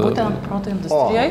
būtent proto industrijoj